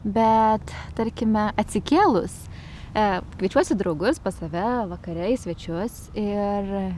bet tarkime atsikėlus e kviečiuosi draugus pas save vakare į svečius ir